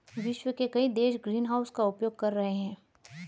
विश्व के कई देश ग्रीनहाउस का उपयोग कर रहे हैं